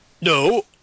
No